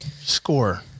Score